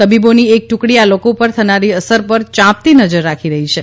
તબીબોની એક ટુકડી આ લોકો ઉપર થનારી અસર ઉપર ચાંપતી નજર રાખી રહી છે